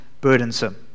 burdensome